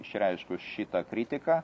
išreiškus šitą kritiką